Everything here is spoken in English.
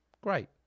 Great